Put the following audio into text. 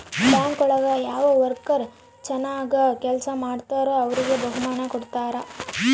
bank ಒಳಗ ಯಾವ worker ಚನಾಗ್ ಕೆಲ್ಸ ಮಾಡ್ತಾರೋ ಅವ್ರಿಗೆ ಬಹುಮಾನ ಕೊಡ್ತಾರ